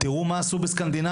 תראו מה עשו בסקנדינביה,